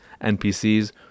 NPCs